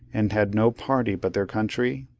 and had no party but their country?